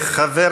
חבר